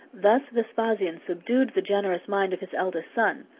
thus vespasian subdued the generous mind of his eldest son.